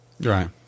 Right